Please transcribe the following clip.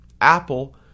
Apple